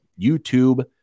youtube